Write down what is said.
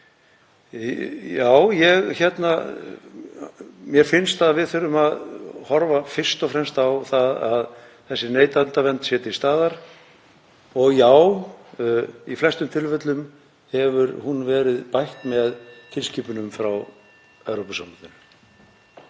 það. Mér finnst að við þurfum að horfa fyrst og fremst á það að þessi neytendavernd sé til staðar og já, í flestum tilfellum hefur hún verið bætt með tilskipunum frá Evrópusambandinu.